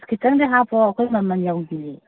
ꯑꯁ ꯈꯤꯇꯪꯗꯤ ꯍꯥꯞꯄꯣ ꯑꯩꯈꯣꯏ ꯃꯃꯟ ꯌꯧꯗꯤꯌꯦ